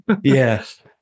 Yes